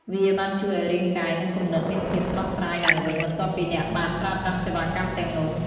វាបានជួយឲ្យរាងកាយ និងគំនិតមានភាពស្រស់ស្រាយឡើងវិញ បន្ទាប់ពីអ្នកបានប្រើប្រាស់សេវាកម្មទាំងនោះ។